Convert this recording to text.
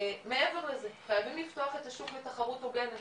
מעבר לזה, חייבים לפתוח את השוק לתחרות הוגנת.